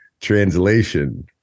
translation